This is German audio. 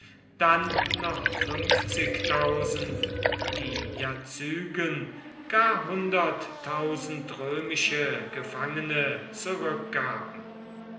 dann noch die jazygen gar hunderttausend römische gefangene zurückgaben